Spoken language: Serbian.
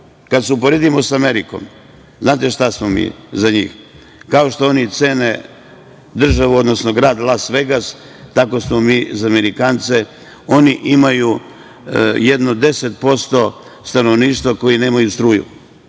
kada se uporedimo sa Amerikom, znate šta smo mi za njih, kao što oni cene državu, odnosno grad Las Vegas, tako smo mi za Amerikance. Oni imaju jedno 10% stanovništva koje nemaju struju,